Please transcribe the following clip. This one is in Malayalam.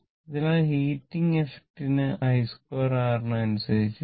അതിനാൽ ഹീറ്റിംഗ് എഫ്ഫക്റ്റ് i2 ന് അനുസരിച്ച ഇരിക്കും